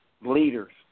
leaders